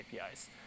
APIs